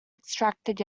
extracted